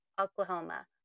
Oklahoma